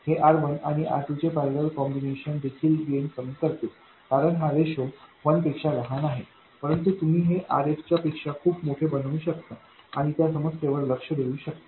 हे R1आणि R2चे पैरलेल कॉम्बिनेशन देखील गेन कमी करते कारण हा रेशो वन पेक्षा लहान आहे परंतु तुम्ही हे RS च्या पेक्षा खूप मोठे बनवू शकता आणि त्या समस्येवर लक्ष देऊ शकता